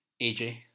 AJ